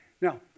Now